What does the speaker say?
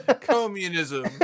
communism